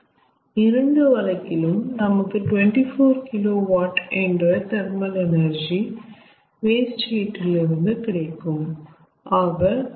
ஆக இரண்டு வழக்கிலும் நமக்கு 24KW என்ற தெர்மல் எனர்ஜி வேஸ்ட் ஹீட் இல் இருந்து கிடைக்கும்